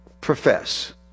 profess